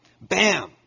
Bam